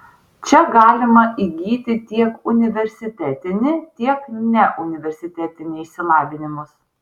čia galima įgyti tiek universitetinį tiek neuniversitetinį išsilavinimus